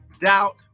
doubt